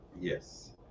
Yes